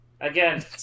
again